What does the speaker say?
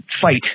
fight